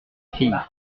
fille